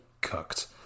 cooked